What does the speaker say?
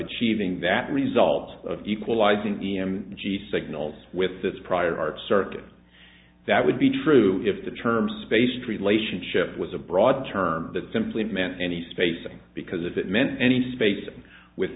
achieving that result of equalizing e m g signals with this prior art circuit that would be true if the term spaced relationship was a broad term that simply meant any spacing because if it meant any space with